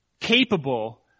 capable